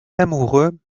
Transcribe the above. amoureux